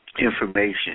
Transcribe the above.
information